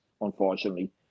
unfortunately